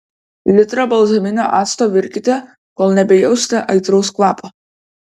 litrą balzaminio acto virkite kol nebejausite aitraus kvapo